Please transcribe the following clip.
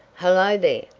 hello, there!